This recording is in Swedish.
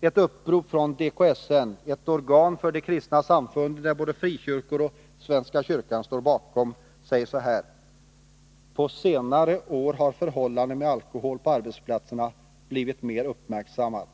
I ett upprop från DKSN, ett organ för de kristna samfunden, där både frikyrkor och svenska kyrkan står bakom, skriver man: På senare år har förhållandet med alkohol på arbetsplatserna blivit mer uppmärksammat.